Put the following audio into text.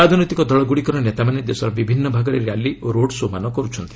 ରାଜନୈତିକ ଦଳଗୁଡ଼ିକର ନେତାମାନେ ଦେଶର ବିଭିନ୍ନ ଭାଗରେ ର୍ୟାଲି ଓ ରୋଡ୍ ଶୋ'ମାନ କର୍ତ୍ଥନ୍ତି